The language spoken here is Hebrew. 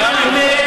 מיעוט?